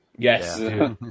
Yes